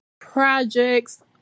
projects